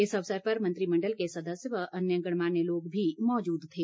इस अवसर पर मंत्रिमण्डल के सदस्य व अन्य गणमान्य लोग भी मौजूद थे